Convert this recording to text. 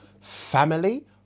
Family